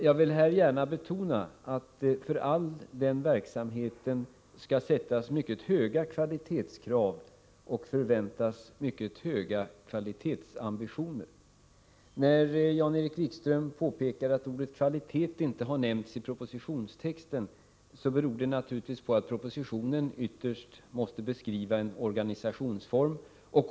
Jag vill gärna betona att det i all denna verksamhet skall ställas mycket höga kvalitetskrav och förväntas mycket höga kvalitetsambitioner. Jan-Erik Wikström påpekar att ordet kvalitet inte har nämnts i propositionstexten, och det beror naturligtvis på att propositionen ytterst måste beskriva en organisationsform.